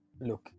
look